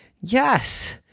Yes